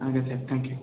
ଆଜ୍ଞା sir thank you